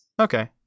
okay